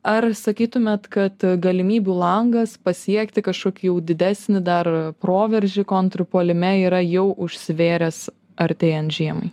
ar sakytumėt kad galimybių langas pasiekti kažkokį jau didesnį dar proveržį konrpuolime yra jau užsivėręs artėjant žiemai